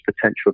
potential